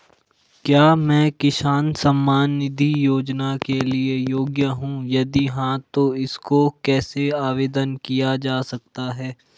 क्या मैं किसान सम्मान निधि योजना के लिए योग्य हूँ यदि हाँ तो इसको कैसे आवेदन किया जा सकता है?